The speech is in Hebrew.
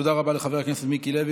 תודה רבה לחבר הכנסת מיקי לוי.